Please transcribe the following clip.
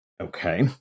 okay